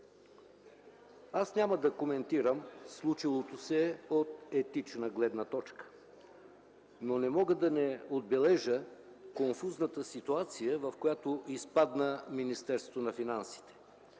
Аз няма да коментирам случилото се от етична гледна точка, но не мога да не отбележа конфузната ситуация, в която изпадна Министерството на финансите.